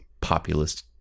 populist